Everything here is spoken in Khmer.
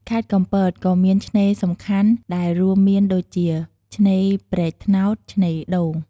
ខេត្តកំពតក៏មានឆ្នេរសំខាន់ដែលរួមមានដូចជា ឆ្នេរព្រែកត្នោត ឆ្នេរដូង។